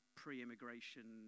pre-immigration